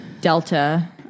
Delta